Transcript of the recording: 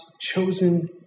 chosen